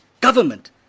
government